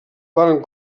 varen